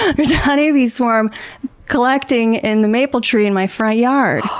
there's a honey bee swarm collecting in the maple tree in my front yard!